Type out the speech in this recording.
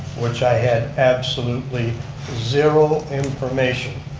which i had absolutely zero information,